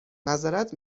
معذرت